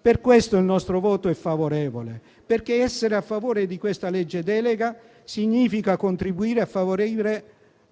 Per questo il nostro voto è favorevole, perché essere a favore di questa legge delega significa contribuire a favorire